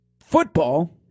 football